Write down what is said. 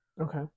Okay